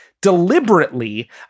deliberately